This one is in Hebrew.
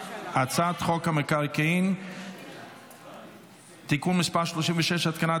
הצעת חוק המקרקעין (תיקון מס' 36) (התקנת